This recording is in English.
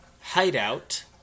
Hideout